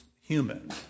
human